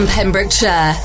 Pembrokeshire